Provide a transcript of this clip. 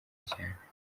cyane